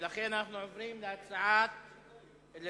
סיעת מרצ,